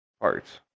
parts